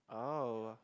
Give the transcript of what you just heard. oh